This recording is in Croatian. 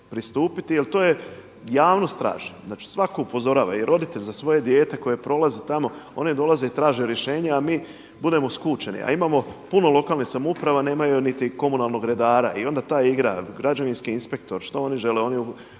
pristupiti jer to javnost traži. Znači svako upozorava i roditelj za svoje dijete koji prolazi tamo oni dolaze i traže rješenja, a mi budemo skučeni. A imamo puno lokalnih samouprava, nemaju niti komunalnog redara i onda ta igra građevinski inspektor, šta oni žele, oni